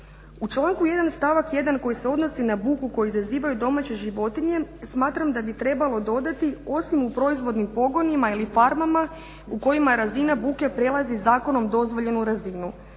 U članku 1. stavak 1. koji se odnosi na buku koju izazivaju domaće životinje smatram da bi trebalo dodati: "osim u proizvodnim pogonima ili farmama u kojima razina buke prelazi zakonom dozvoljenu razinu..